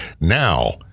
Now